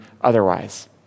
otherwise